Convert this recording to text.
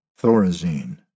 Thorazine